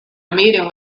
meeting